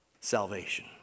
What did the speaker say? salvation